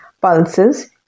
pulses